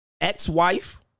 ex-wife